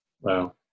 Wow